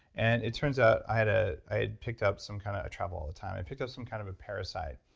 and it turns out i had ah i had picked up some kind of, i travel all the time, i had picked up some kind of a parasite.